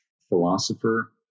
philosopher